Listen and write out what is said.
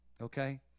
okay